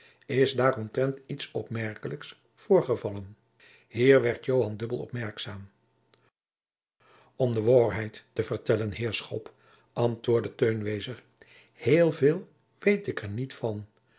is daaromtrent niets opmerkelijks voor gevallen hier werd joan dubbel opmerkzaam om je de woârheid te vertellen heerschop antwoordde teun wezer heel veel weet ik er niet van